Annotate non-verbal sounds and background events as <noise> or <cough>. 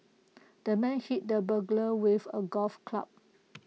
<noise> the man hit the burglar with A golf club